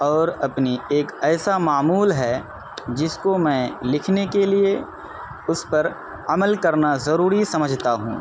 اور اپنی ایک ایسا معمول ہے جس کو میں لکھنے کے لیے اس پر عمل کرنا ضروری سمجھتا ہوں